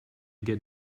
get